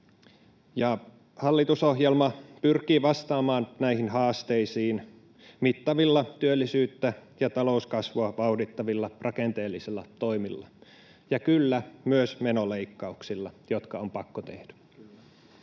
Hallitusohjelma pyrkii vastaamaan näihin haasteisiin mittavilla työllisyyttä ja talouskasvua vauhdittavilla rakenteellisilla toimilla ja, kyllä, myös menoleikkauksilla, jotka on pakko tehdä.